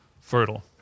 fertile